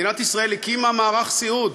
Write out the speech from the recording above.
מדינת ישראל הקימה מערך סיעוד,